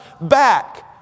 back